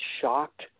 shocked